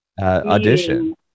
audition